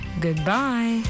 goodbye